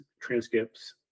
transcripts